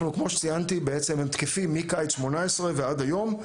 כמו שציינתי, הם תקפים מקיץ 2018 ועד היום.